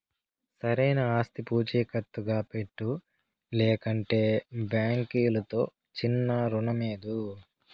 సరైన ఆస్తి పూచీకత్తుగా పెట్టు, లేకంటే బాంకీలుతో చిన్నా రుణమీదు